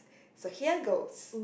so here goes